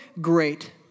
great